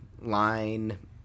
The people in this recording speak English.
line